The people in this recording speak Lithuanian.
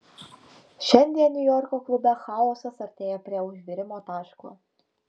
šiandien niujorko klube chaosas artėja prie užvirimo taško